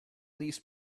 these